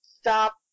stop